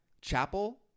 Chapel